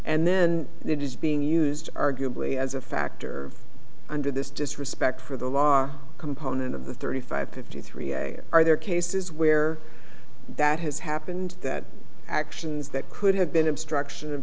and then it is being used arguably as a factor under this disrespect for the law component of the thirty five fifty three are there are cases where that has happened that actions that could have been obstruction of